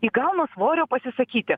įgauna svorio pasisakyti